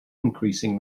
increasing